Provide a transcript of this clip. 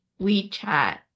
WeChat